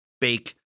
bake